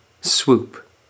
swoop